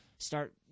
start